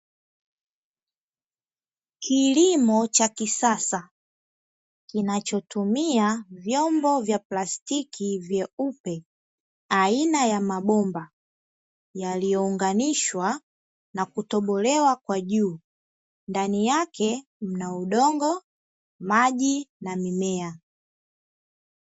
Kilimo cha kisasa kinachotumia vyombo vya plastiki vyaupe aina ya mabomba yaliyounganishwa na kutobolewa kwa juu ndani yake mna udongo, maji na mimea.